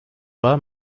pas